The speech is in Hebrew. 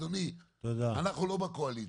אדוני, אנחנו לא בקואליציה.